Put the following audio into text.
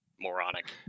moronic